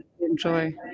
enjoy